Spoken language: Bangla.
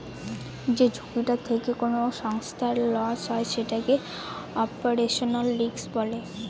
যে ঝুঁকিটা থেকে কোনো সংস্থার লস হয় সেটাকে অপারেশনাল রিস্ক বলে